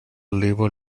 labor